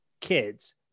kids